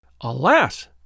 Alas